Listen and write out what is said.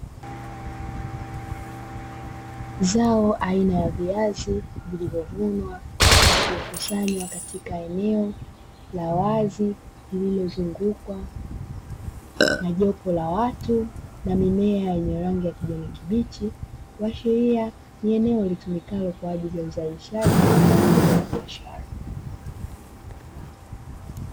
Zao aina ya viazi, vilivyovunwa na kukusanywa katika eneo la wazi, lililozungukwa na jopo la watu na mimea yenye rangi ya kijani kibichi, kuashiria ni eneo litumikalo kwaajili ya uzalishaji wa zao hilo la biashara.